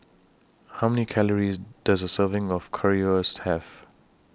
How Many Calories Does A Serving of Currywurst Have